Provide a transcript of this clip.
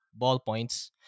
ballpoints